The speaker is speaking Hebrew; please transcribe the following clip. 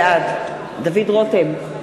בעד דוד רותם,